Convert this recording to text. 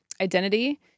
identity